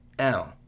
Ow